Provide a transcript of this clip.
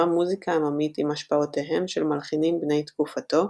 מוזיקה עממית עם השפעותיהם של מלחינים בני תקופתו,